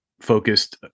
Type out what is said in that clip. focused